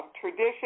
tradition